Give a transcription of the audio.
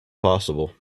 possible